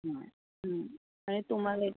हं आणि तुम्हाला एक